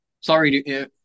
sorry